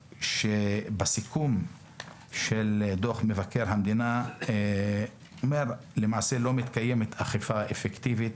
בסיכום של דוח מבקר המדינה הוא אומר שלמעשה "לא מתקיימת אכיפה אפקטיבית